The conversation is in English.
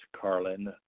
Carlin